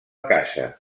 caça